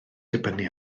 dibynnu